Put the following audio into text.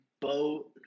boat